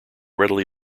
readily